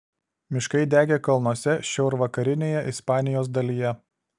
miškai degė kalnuose šiaurvakarinėje ispanijos dalyje